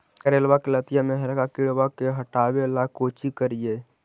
करेलबा के लतिया में हरका किड़बा के हटाबेला कोची करिए?